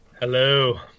Hello